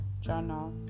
Journal